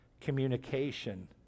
communication